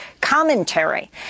commentary